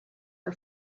her